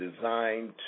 designed